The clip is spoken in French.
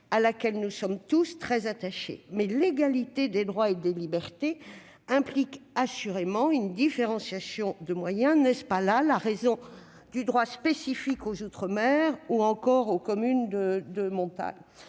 à laquelle nous sommes tous très attachés. Mais cette égalité des droits et des libertés implique assurément une différenciation de moyens. N'est-ce pas là la raison du droit spécifique aux outre-mer ou aux communes de montagne ?